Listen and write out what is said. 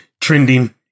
Trending